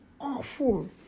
awful